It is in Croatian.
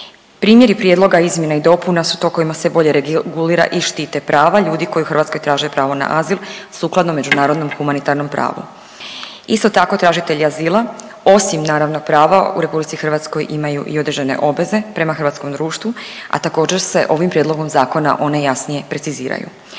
Primjeri prijedloga izmjene i dopuna su to kojima se bolje regulira i štite prava ljudi koji u Hrvatskoj traže pravo na azil sukladno Međunarodnom humanitarnom pravu. Isto tako tražitelji azila osim naravno prava u RH imaju i određene obveze prema hrvatskom društvu, a također se ovim prijedlogom zakona one jasnije preciziraju.